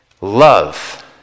Love